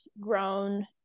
grown